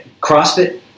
CrossFit